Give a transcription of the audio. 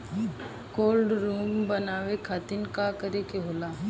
Cold room बनावे खातिर का करे के होला?